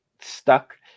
stuck